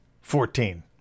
Fourteen